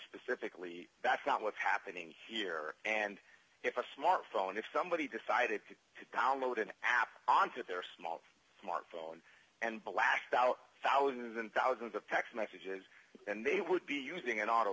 specifically that's not what's happening here and if a smartphone if somebody decided to download an app onto their small smartphone and blast out thousands and thousands of text messages and they would be using an auto